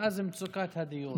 ואז את מצוקת הדיור.